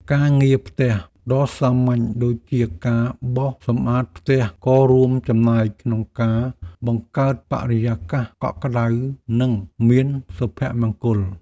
ការងារផ្ទះដ៏សាមញ្ញដូចជាការបោសសម្អាតផ្ទះក៏រួមចំណែកក្នុងការបង្កើតបរិយាកាសកក់ក្តៅនិងមានសុភមង្គល។